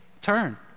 turn